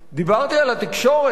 דיברתי על התקשורת,